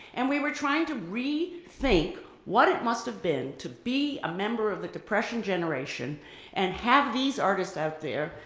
and we were trying to rethink what it must have been to be a member of the depression generation and have these artists out there,